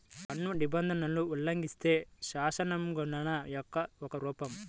పన్ను నిబంధనలను ఉల్లంఘిస్తే, శాసనోల్లంఘన యొక్క ఒక రూపం